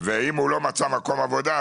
ואם הוא לא מצא מקום עבודה,